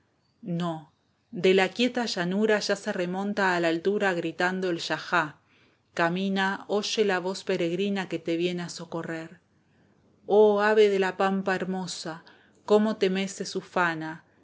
no de la quieta llanura ya se remonta a la altura gritando el yajá camina oye la voz peregrina que te viene a socorrer oh ave de la pampa hermosa cómo te meces ufana